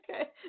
Okay